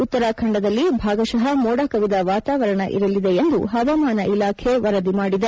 ಉತ್ತರಾಖಂಡದಲ್ಲಿ ಭಾಗಶಃ ಮೋಡ ಕವಿದ ವಾತಾವರಣ ಇರಲಿದೆ ಎಂದು ಹವಾಮಾನ ಇಲಾಖೆ ವರದಿ ಮಾಡಿದೆ